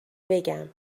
بگم